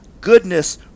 goodness